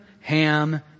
Ham